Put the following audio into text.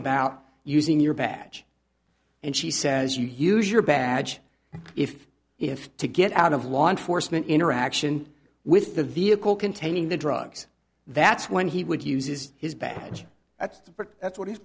about using your badge and she says you use your badge if if to get out of law enforcement interaction with the vehicle containing the drugs that's when he would use is his badge that's the part that's what he's